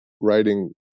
writing